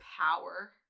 power